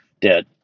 dead